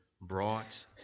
brought